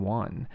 one